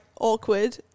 awkward